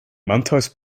mantais